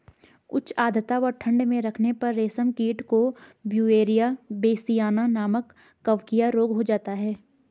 उच्च आद्रता व ठंड में रखने पर रेशम कीट को ब्यूवेरिया बेसियाना नमक कवकीय रोग हो जाता है